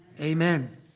Amen